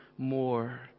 More